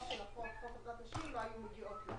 של חוק עבודת נשים לא היו מגיעות לה.